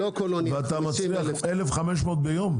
ואתה מצליח 1,500 ביום?